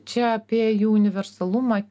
čia apie jų universalumą